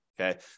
Okay